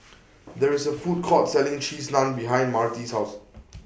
There IS A Food Court Selling Cheese Naan behind Myrtie's House